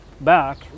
back